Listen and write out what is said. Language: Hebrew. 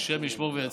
השם ישמור ויציל.